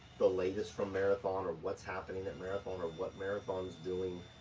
the latest from marathon, or what's happening at marathon, or what marathon's doing,